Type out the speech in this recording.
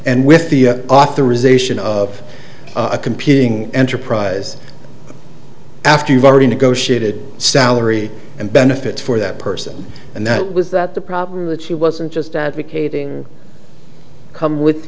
with the authorization of a competing enterprise after you've already negotiated salary and benefits for that person and that was that the problem that she wasn't just advocating come with